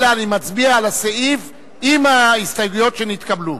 אלא אני מצביע על הסעיף עם ההסתייגויות שנתקבלו.